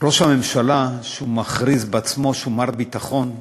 ראש הממשלה, שמכריז בעצמו שהוא "מר ביטחון",